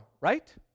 right